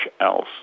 else